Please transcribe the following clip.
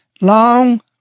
Long